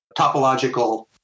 topological